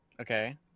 Okay